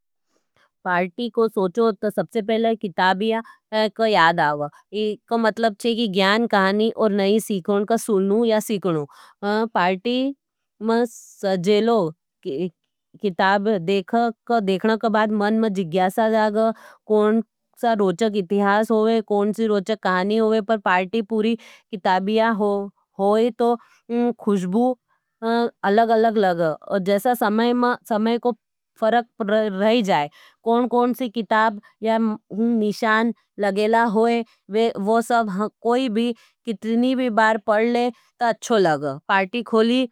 पार्टी को सोचो, तो सबसे पहले किताबिया का याद आओ। इका मतलब छी कि घ्यान कहानी और नहीं सीखोन का सुनू या सीखनू। पार्टी में सजेलो, किताब देखना का बात मन में जिग्यासा जाग, कौन सा रोचक इतिहास होवे, कौन सी रोचक कहानी होवे, पर पार्टियां पूरी किताबियाँ होएन तो खुशबू अलग अलग लगा। और जैसा समय का फरक रही जाए। कौन कौन सी किताब या निशान लगेला होई, वो सब कोई भी, कितनी भी बार पढ़ ले ता अच्छो लगा। पार्टी।